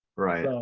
right. oh,